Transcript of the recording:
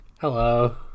Hello